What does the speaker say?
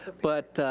but,